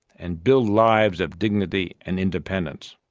and build lives of dignity and independence.